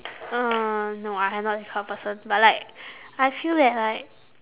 uh no I am not this kind of person but like I feel that like